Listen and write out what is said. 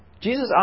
Jesus